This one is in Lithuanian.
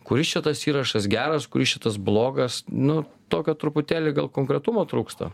kuris čia tas įrašas geras kuris čia tas blogas nu tokio truputėlį gal konkretumo trūksta